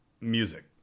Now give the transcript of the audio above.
music